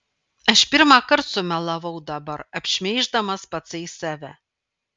aš pirmąkart sumelavau dabar apšmeiždamas patsai save